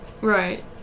Right